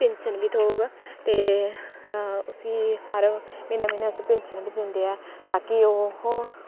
pension बी थ्होग ते उस्सी हर म्हीनै म्हीनै उस्सी पिन्शन बी दिंदे ऐ ताकि ओह्